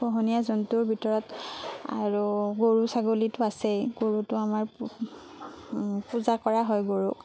পোহনীয়া জন্তুৰ ভিতৰত আৰু গৰু ছাগলীটো আছেই গৰুটো আমাৰ পূজা কৰা হয় গৰুক